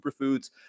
superfoods